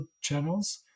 channels